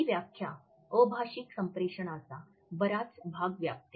ही व्याख्या अभाषिक संप्रेषणाचा बराच भाग व्यापते